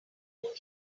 board